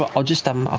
but i'll just, um i'll